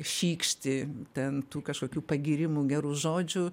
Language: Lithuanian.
šykšti ten tų kažkokių pagyrimų gerų žodžių